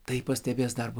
tai pastebės darbo